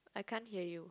I can't hear you